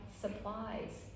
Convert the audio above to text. supplies